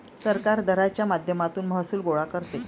सरकार दराच्या माध्यमातून महसूल गोळा करते